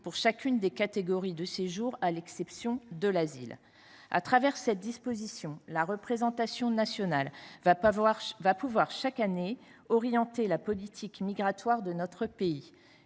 pour chacune des catégories de séjour, à l’exception de l’asile. Au travers de cette disposition, la représentation nationale va pouvoir, chaque année, orienter la politique migratoire de notre pays